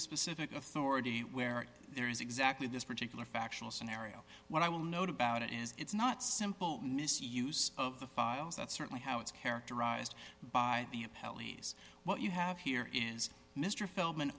a specific authority where there is exactly this particular factual scenario what i will note about it is it's not simple misuse of the files that's certainly how it's characterized by the a pelleas what you have here is mr feldman